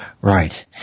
Right